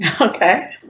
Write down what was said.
Okay